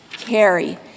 carry